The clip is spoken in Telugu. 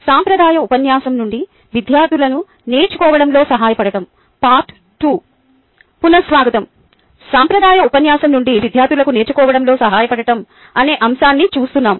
సాంప్రదాయ ఉపన్యాసం నుండి విద్యార్థులకు నేర్చుకోవడంలో సహాయపడటం అనే అంశాన్ని చూస్తున్నాము